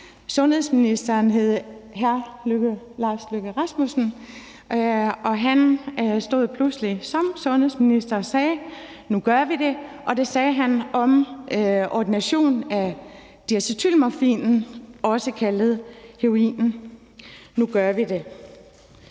Sundhedsministeren hed hr. Lars Løkke Rasmussen, og han stod pludselig som sundhedsminister og sagde: Nu gør vi det. Og det sagde han om ordination af diacetylmorfin, også kaldet heroin. Det